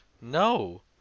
No